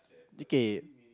okay